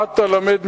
מה אתה למד,